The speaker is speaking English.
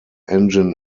engine